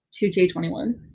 2K21